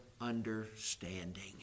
understanding